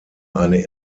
eine